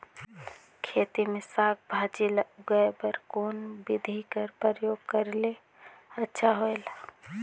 खेती मे साक भाजी ल उगाय बर कोन बिधी कर प्रयोग करले अच्छा होयल?